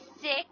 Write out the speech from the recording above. six